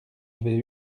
avait